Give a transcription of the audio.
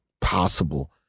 possible